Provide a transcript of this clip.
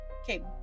Okay